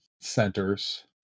centers